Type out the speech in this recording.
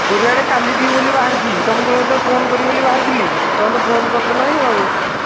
ପୁରୀ ଆଡ଼େ କାଲି ଯିବି ବୋଲି ବାହାରିଛି ତମକୁ ସେଥିପାଇଁ ଫୋନ କରିବି ବୋଲି ବାହାରିଥିଲି ତମେ ତ ଫୋନ କରିଦେଲଣି ଆଉ